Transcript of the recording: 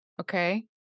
Okay